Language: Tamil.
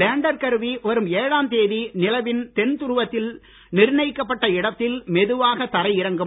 லேண்டர் கருவி வரும் ஏழாம் தேதி நிலவின் தென்துருவத்தில் நிர்ணயிக்கப்பட்ட இடத்தில் மெதுவாகத் தரையிறங்கும்